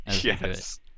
Yes